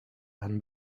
and